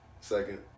Second